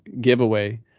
giveaway